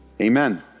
Amen